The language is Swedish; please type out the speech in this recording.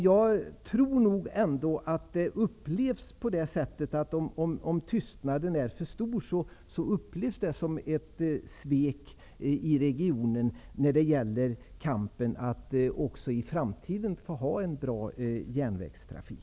Jag tror att om tystnaden är för stor, upplevs det ute i regionen som ett svek mot kampen för att också i framtiden ha en bra järnvägstrafik.